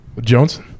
jones